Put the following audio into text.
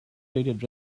rated